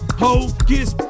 hocus